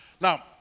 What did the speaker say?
Now